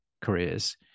careers